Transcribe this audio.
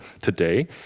today